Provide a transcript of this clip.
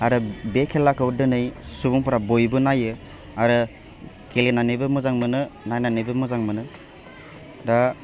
आरो बे खेलाखौ दिनै सुबुफोरा बयबो नायो आरो गेलेनानैबो मोजां मोनो नायनानैबो मोजां मोनो दा